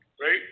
right